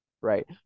Right